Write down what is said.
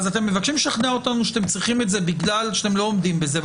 אתם מבקשים לשכנע אותנו שאתם צריכים את זה בגלל שאתם לא עומדים בזה,